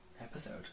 episode